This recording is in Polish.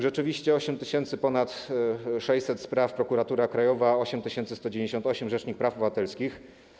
Rzeczywiście ponad 8600 spraw - Prokuratura Krajowa, 8198 - rzecznik praw obywatelskich.